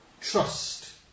trust